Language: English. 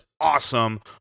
awesome